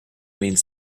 means